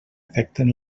afecten